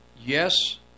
yes